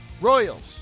Royals